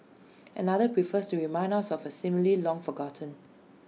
another prefers to remind us of A simile long forgotten